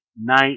night